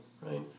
right